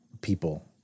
people